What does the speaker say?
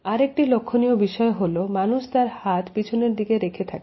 আরেকটি লক্ষণীয় বিষয় হল মানুষ তার হাত পেছনের দিকে রেখে থাকে